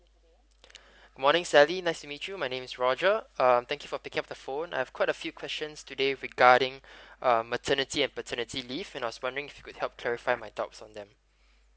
morning sally nice to meet you my name is roger uh thank you for picking up the phone I have quite a few questions today regarding uh maternity and paternity leave and I was wondering with help clarify my doubts on them